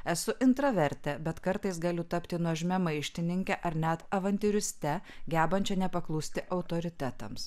esu intravertė bet kartais galiu tapti nuožmia maištininke ar net avantiūriste gebančia nepaklusti autoritetams